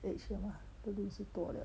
为什么都六十多了